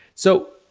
so,